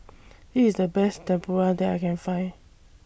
E IS The Best Tempura that I Can Find